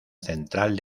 central